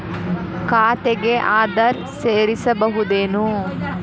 ಖಾತೆಗೆ ಆಧಾರ್ ಸೇರಿಸಬಹುದೇನೂ?